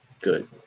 good